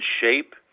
shape